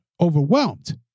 overwhelmed